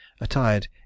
attired